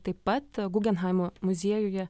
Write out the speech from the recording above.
pat gugenheimo muziejuje